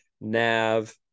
nav